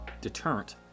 deterrent